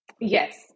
Yes